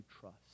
trust